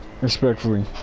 Respectfully